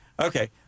Okay